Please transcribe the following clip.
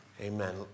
Amen